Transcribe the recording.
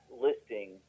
listing